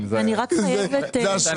זה השראה.